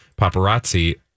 paparazzi